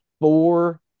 four